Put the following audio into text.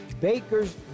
Baker's